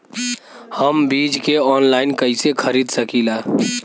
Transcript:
हम बीज के आनलाइन कइसे खरीद सकीला?